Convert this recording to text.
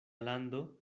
lando